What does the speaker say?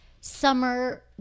summer